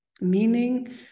meaning